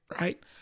right